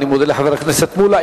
אני מודה לחבר הכנסת מולה.